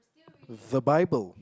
the bible